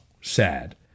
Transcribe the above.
sad